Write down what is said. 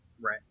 Right